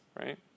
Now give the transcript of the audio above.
right